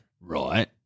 Right